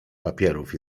papierów